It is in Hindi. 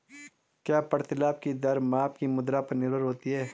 क्या प्रतिलाभ की दर माप की मुद्रा पर निर्भर होती है?